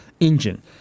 Engine